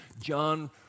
John